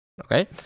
Okay